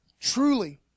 truly